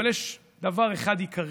אבל יש דבר אחד עיקרי: